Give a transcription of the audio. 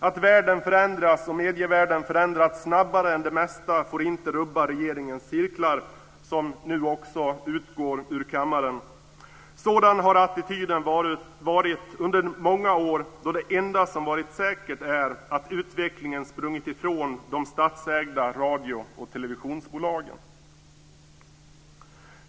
Att världen förändras och medievärlden förändras snabbare än det mesta får inte rubba regeringens cirklar, som nu också utgår ur kammaren. Sådan har attityden varit under många år då det enda som varit säkert är att utvecklingen sprungit ifrån de statsägda radio och televisionsbolagen.